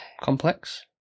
Complex